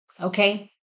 Okay